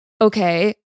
okay